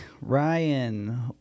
Ryan